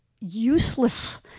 useless